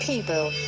People